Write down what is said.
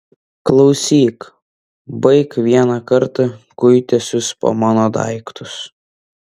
klausyk baik vieną kartą kuitęsis po mano daiktus